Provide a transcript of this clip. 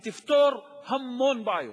היא תפתור המון בעיות.